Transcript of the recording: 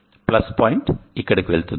plus point ఇక్కడకు వెళ్తుంది